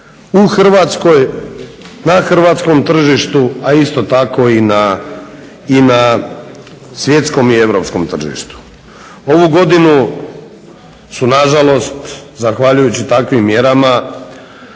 u Hrvatskoj, na hrvatskom tržištu, a isto tako i na svjetskom i europskom tržištu. Ovu godinu su nažalost zahvaljujući takvim mjerama